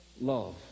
love